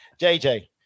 JJ